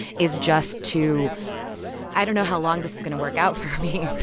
is just to i don't know how long this is going to work out for me.